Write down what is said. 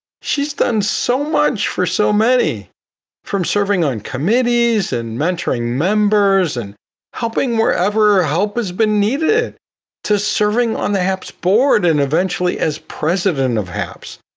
she's done so much for so many from serving on committees and mentoring members and helping wherever help has been needed to serving on the haps board. and eventually as president of haps,